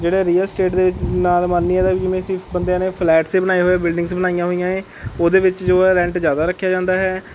ਜਿਹੜੇ real estate ਦੇ ਵਿੱਚ ਨਾਲ਼ ਅੰਬਾਨੀਆਂ ਦਾ ਵੀ ਜਿਵੇਂ ਸਿਰਫ ਬੰਦਿਆਂ ਨੇ ਫਲੈਟਸ ਏ ਬਣਾਏ ਹੋਏ ਬਿਲਡਿੰਗਸ ਬਣਾਈਆਂ ਹੋਈਆਂ ਹੈ ਉਹਦੇ ਵਿੱਚ ਜੋ ਹੈ ਰੈਂਟ ਜ਼ਿਆਦਾ ਰੱਖਿਆ ਜਾਂਦਾ ਹੈ